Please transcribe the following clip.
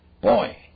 Boy